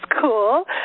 cool